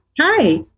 hi